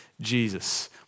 Jesus